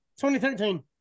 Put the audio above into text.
2013